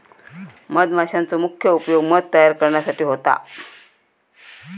मधमाशांचो मुख्य उपयोग मध तयार करण्यासाठी होता